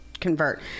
convert